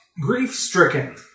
Grief-stricken